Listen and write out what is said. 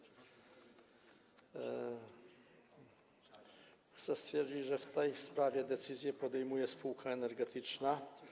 Chcę stwierdzić, że w tej sprawie decyzje podejmuje spółka energetyczna.